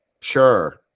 Sure